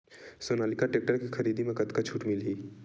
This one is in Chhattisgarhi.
सोनालिका टेक्टर के खरीदी मा कतका छूट मीलही?